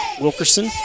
Wilkerson